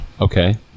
Okay